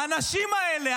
האנשים האלה,